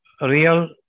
real